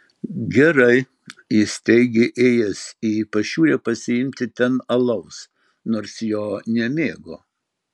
gerai jis teigė ėjęs į pašiūrę pasiimti ten alaus nors jo nemėgo